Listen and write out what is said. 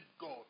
God